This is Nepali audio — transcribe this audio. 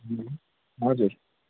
हजुर